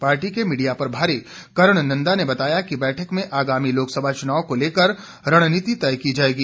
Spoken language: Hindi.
पार्टी के मिडिया प्रभारी कर्ण नंदा ने बताया कि बैठक में आगामी लोकसभा चुनाव को लेकर रणनीति तय की जायेगी